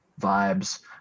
vibes